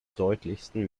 deutlichsten